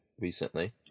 recently